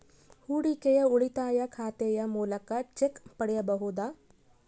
ಹೂಡಿಕೆಯ ಉಳಿತಾಯ ಖಾತೆಯ ಮೂಲಕ ಚೆಕ್ ಪಡೆಯಬಹುದಾ?